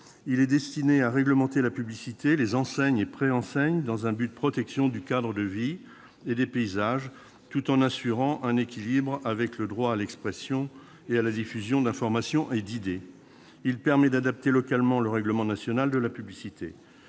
Il est destiné à réglementer la publicité, les enseignes et préenseignes, dans un but de protection du cadre de vie et des paysages, tout en assurant l'équilibre avec le droit à l'expression et à la diffusion d'informations et d'idées. Il permet d'adapter localement le règlement national de la publicité.